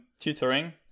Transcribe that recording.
tutoring